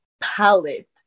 palette